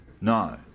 No